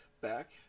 back